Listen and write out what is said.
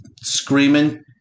screaming